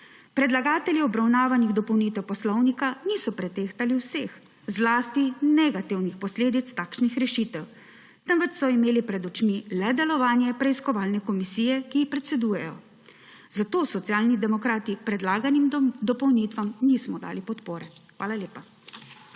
Predlagatelji obravnavanih dopolnitev poslovnika niso pretehtali vseh, zlasti negativnih, posledic takšnih rešitev, temveč so imeli pred očmi le delovanje preiskovalne komisije, ki ji predsedujejo. Socialni demokrati zato predlaganim dopolnitvam nismo dali podpore. Hvala lepa.